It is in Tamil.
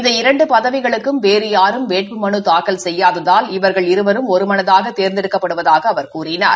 இந்த இரண்டு பதவிகளுக்கும் வேறு யாரும் வேட்புமனு தாக்கல் செய்யாததால் இவர்கள் இருவரும் ஒருமதான யிடாததால் திரு தேர்ந்தெடுக்கப்படுவதாக அவர் கூறினார்